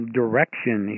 direction